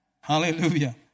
Hallelujah